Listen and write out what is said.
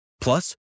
Plus